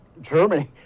Germany